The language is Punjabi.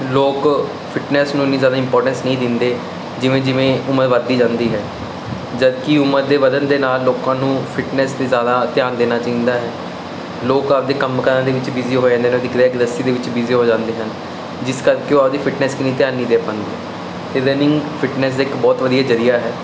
ਲੋਕ ਫਿਟਨੈਸ ਨੂੰ ਇਨੀ ਜਿਆਦਾ ਇੰਪੋਰਟੈਂਸ ਨਹੀਂ ਦਿੰਦੇ ਜਿਵੇਂ ਜਿਵੇਂ ਉਮਰ ਵੱਧਦੀ ਜਾਂਦੀ ਹੈ ਜਦਕਿ ਉਮਰ ਦੇ ਵਧਣ ਦੇ ਨਾਲ ਲੋਕਾਂ ਨੂੰ ਫਿਟਨੈਸ ਤੇ ਜਿਆਦਾ ਧਿਆਨ ਦੇਣਾ ਚਾਹੀਦਾ ਹੈ ਲੋਕ ਆਪਦੇ ਕੰਮਕਾਰਾਂ ਦੇ ਵਿੱਚ ਬਿਜ਼ੀ ਹੋ ਜਾਂਦੇ ਨੇ ਆਪਦੀ ਗ੍ਰਹਿ ਗ੍ਰਸਤੀ ਦੇ ਵਿੱਚ ਬੀਜ਼ੀ ਹੋ ਜਾਂਦੇ ਹਨ ਜਿਸ ਕਰਕੇ ਉਹ ਆਪਦੀ ਫਿਟਨੈਸ ਕਨੀ ਧਿਆਨ ਨਹੀਂ ਦੇ ਪਾਦੇ ਤੇ ਰੰਨਿੰਗ ਫਿਟਨੈਸ ਦਾ ਇੱਕ ਬਹੁਤ ਵਧੀਆ ਜਰੀਆ ਹੈ